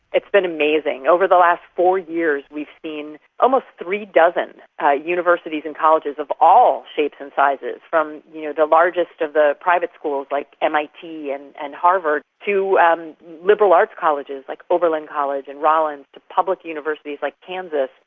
it's been amazing. over the last four years we've seen almost three dozen ah universities and colleges of all shapes and sizes, from you know the largest of the private schools like mit and and harvard to um liberal arts colleges like overland college and rollins, to public universities like kansas,